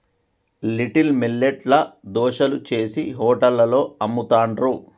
little millet ల దోశలు చేశి హోటళ్లలో అమ్ముతాండ్రు